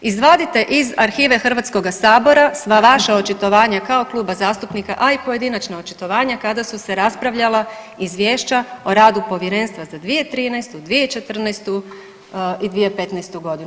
Izvadite iz arhive Hrvatskoga sabora sva vaša očitovanja kao kluba zastupnika, a i pojedinačna očitovanja kada su se raspravljala Izvješća o radu povjerenstva za 2013., 2014. i 2015. godinu.